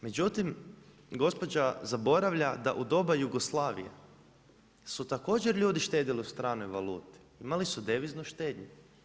Međutim, gospođa zaboravlja da u doba Jugoslavije su također ljudi štedjeli u stranoj valuti, imali su deviznu štednju.